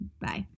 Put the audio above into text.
Bye